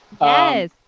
yes